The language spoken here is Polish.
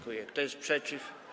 Kto jest przeciw?